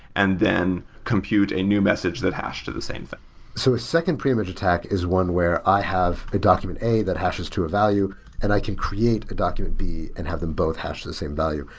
and then compute a new message that hash to the same thing so a second preimage attack is one where i have a document a that hashes to a value and i can create a document b and have them both hash to the same value.